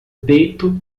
peito